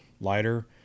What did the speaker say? lighter